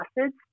acids